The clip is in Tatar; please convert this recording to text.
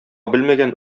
белмәгән